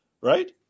right